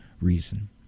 reason